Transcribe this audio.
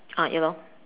ah ya lor